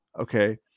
okay